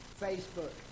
Facebook